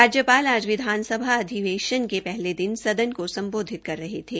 राज्यपाल आज विधानसभा अधिवेशन के पहले दिन सदन को सम्बोधित कर रहे थे